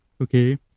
okay